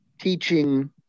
teaching